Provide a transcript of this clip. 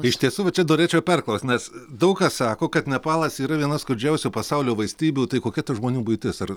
iš tiesų va čia norėčiau perklaust nes daug kas sako kad nepalas yra viena skurdžiausių pasaulio valstybių tai kokia ta žmonių buitis ar